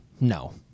no